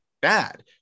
bad